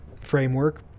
framework